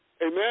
amen